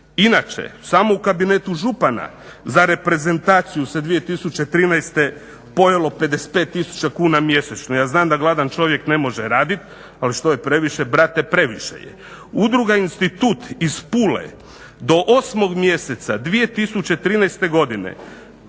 Inače, samo u kabinetu župana za reprezentaciju se 2013. pojelo 55 tisuća kuna mjesečno. Ja znam da gladan čovjek ne može raditi ali što je previše brate previše je. Udruga "Institut" iz Pule do 8. mjeseca 2013. godine